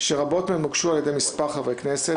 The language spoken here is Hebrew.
שרבות מהן הוגשו על ידי מספר חברי כנסת,